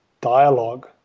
dialogue